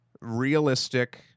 realistic